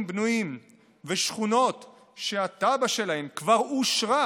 בנויים ושכונות שהתב"ע שלהן כבר אושרה.